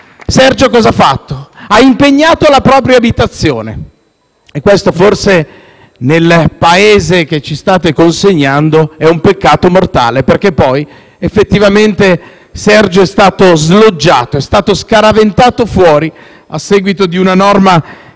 - cosa ha fatto? Ha impegnato la propria abitazione. Questo forse nel Paese che ci state consegnando, è un peccato mortale, perché poi effettivamente Sergio è stato sloggiato, scaraventato fuori a seguito di una norma